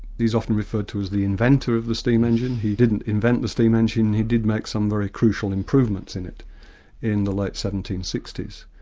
is often referred to as the inventor of the steam engine he didn't invent the steam engine, he did make some very crucial improvements in it in the late seventeen sixty s.